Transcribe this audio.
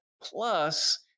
plus